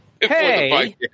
Hey